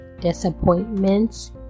disappointments